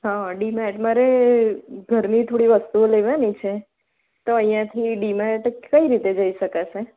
હં ડી માર્ટ મારે ઘરની થોડી વસ્તુઓ લેવાની છે તો અહીંયાથી ડી માર્ટ કઈ રીતે જઈ શકાશે